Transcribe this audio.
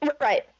Right